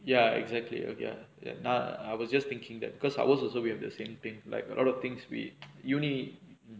ya exactly ya ya I was just thinking that because ours also we have the same thing like a lot of things with university